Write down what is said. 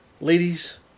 ladies